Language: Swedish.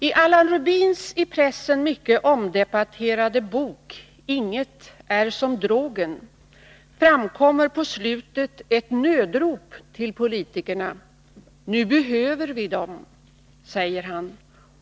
I Allan Rubins i pressen mycket omdebatterade bok Inget är som drogen framkommer på slutet ett nödrop till politikerna: ”Nu behöver vi dem”, säger han.